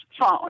phone